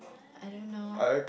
I don't know